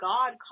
God